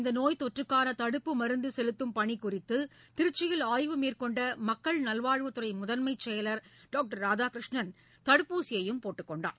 இந்த நோய் தொற்றுக்கான தடுப்பு மருந்து செலுத்தும் பணி குறித்து திருச்சியில் ஆய்வு மேற்கொண்ட மக்கள் நல்வாழ்வுத்துறை முதன்மைச் செயலர் டாக்டர் ராதாகிருஷ்ணன் தடுப்பூசியையும் போட்டுக் கொண்டார்